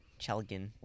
Chelgen